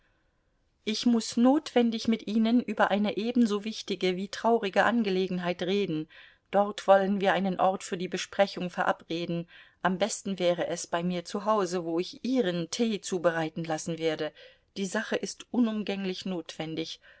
ich muß notwendig mit ihnen über eine ebenso wichtige wie traurige angelegenheit reden dort wollen wir einen ort für die besprechung verabreden am besten wäre es bei mir zu hause wo ich ihren tee zubereiten lassen werde die sache ist unumgänglich notwendig